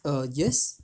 err yes